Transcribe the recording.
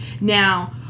now